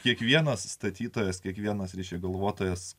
kiekvienas statytojas kiekvienas iš galvotojas